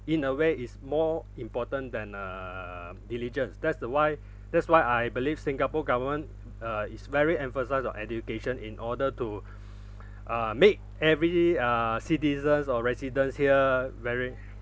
in a way is more important than uh diligence that's the why that's why I believe singapore government uh is very emphasise on education in order to uh make every uh citizens or residents here very